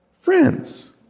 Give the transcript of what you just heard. friends